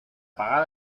pagar